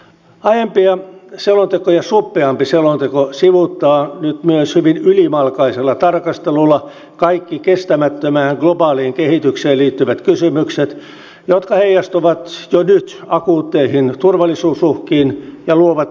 aiempia selontekoja suppeampi selonteko sivuuttaa nyt myös hyvin ylimalkaisella tarkastelulla kaikki kestämättömään globaaliin kehitykseen liittyvät kysymykset jotka heijastuvat jo nyt akuutteihin turvallisuusuhkiin ja luovat uusia